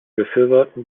befürworten